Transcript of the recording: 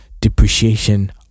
depreciation